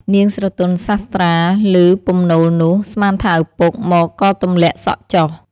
នាងស្រទន់សាស្ត្រាឮពំនោលនោះ ស្មានថាឪពុកមកក៏ទម្លាក់សក់ចុះ ។